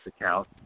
account